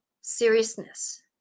seriousness